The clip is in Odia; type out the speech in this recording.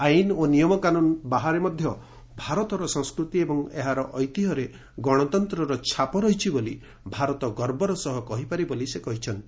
ଆଇନ ଓ ନିୟମକାନୁନ ବାହାରେ ମଧ୍ୟ ଭାରତର ସଂସ୍କୃତି ଏବଂ ଏହାର ଐତିହ୍ୟରେ ଗଣତନ୍ତ୍ରର ଛାପ ରହିଛି ବୋଲି ଭାରତ ଗର୍ବର ସହ କହିପାରେ ବୋଲି ସେ କହିଛନ୍ତି